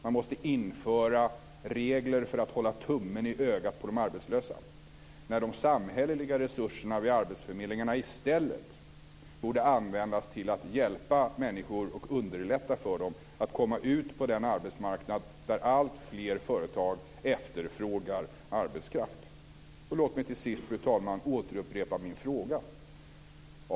Man måste införa regler för att hålla tummen i ögat på de arbetslösa när de samhälleliga resurserna vid arbetsförmedlingarna i stället borde användas till att hjälpa människor och underlätta för dem att komma ut på den arbetsmarknad där alltfler företag efterfrågar arbetskraft. Låt mig till sist, fru talman, återupprepa min fråga.